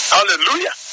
Hallelujah